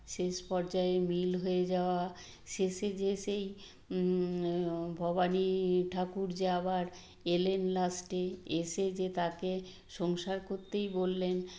শেষ পর্যায়ে মিল হয়ে যাওয়া শেষে যে সেই ভবানী ঠাকুর যে আবার এলেন লাস্টে এসে যে তাকে সংসার করতেই বললেন